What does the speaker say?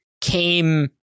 came